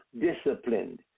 disciplined